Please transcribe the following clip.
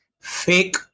fake